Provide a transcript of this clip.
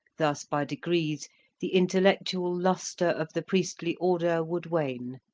thus by degrees the intellectual lustre of the priestly order would wane,